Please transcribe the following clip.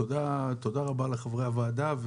תודה רבה לחברי הוועדה,